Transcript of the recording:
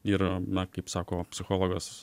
ir na kaip sako psichologas